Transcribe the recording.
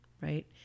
right